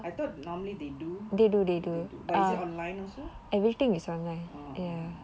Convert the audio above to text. I thought normally they do but is it online also